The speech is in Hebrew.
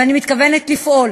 ואני מתכוונת לפעול